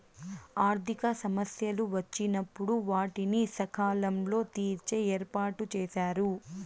ఆర్థిక సమస్యలు వచ్చినప్పుడు వాటిని సకాలంలో తీర్చే ఏర్పాటుచేశారు